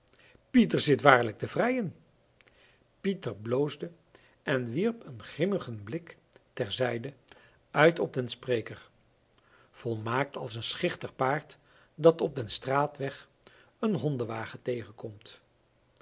pieter zit waarlijk te vrijen pieter bloosde en wierp een grimmigen blik ter zijde uit op den spreker volmaakt als een schichtig paard dat op den straatweg een hondewagen tegenkomt